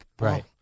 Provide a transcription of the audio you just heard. right